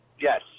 Yes